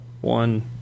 One